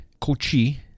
Kochi